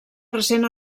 recent